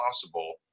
possible